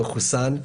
מחוסן,